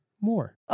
more